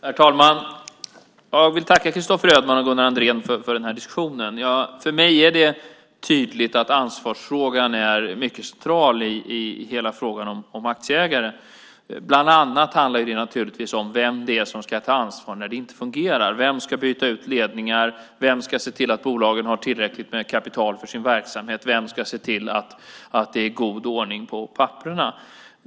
Herr talman! Jag vill tacka Christopher Ödmann och Gunnar Andrén för den här diskussionen. För mig är det tydligt att ansvarsfrågan är mycket central i hela frågan om aktieägande. Bland annat handlar det naturligtvis om vem det är som ska ta ansvar när det inte fungerar, vem som ska byta ut ledningar, vem som ska se till att bolagen har tillräckligt med kapital för sin verksamhet och vem som ska se till att det är god ordning på papperen.